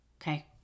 Okay